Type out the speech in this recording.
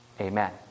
Amen